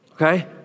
okay